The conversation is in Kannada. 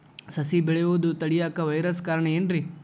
ಸಸಿ ಬೆಳೆಯುದ ತಡಿಯಾಕ ವೈರಸ್ ಕಾರಣ ಏನ್ರಿ?